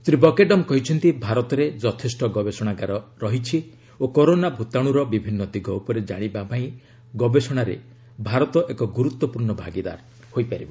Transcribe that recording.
ଶ୍ରୀ ବକେଡମ୍ କହିଛନ୍ତି ଭାରତରେ ଯଥେଷ୍ଟ ଗବେଷଣାଗାର ରହିଛି ଓ କରୋନା ଭୂତାଣୁର ବିଭିନ୍ନ ଦିଗ ଉପରେ କାଶିବା ପାଇଁ ଗବେଷଣାରେ ଭାରତ ଏକ ଗୁରୁତ୍ୱପୂର୍ଣ୍ଣ ଭାଗିଦାର ହୋଇପାରିବ